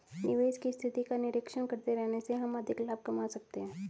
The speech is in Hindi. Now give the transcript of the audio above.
निवेश की स्थिति का निरीक्षण करते रहने से हम अधिक लाभ कमा सकते हैं